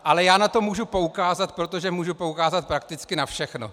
Ale já na to můžu poukázat, protože můžu poukázat prakticky na všechno.